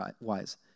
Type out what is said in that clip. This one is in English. wise